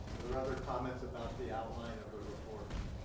are there are other comments about the outline of the reports?